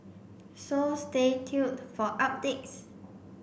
so stay tuned for updates